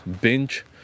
binge